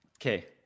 Okay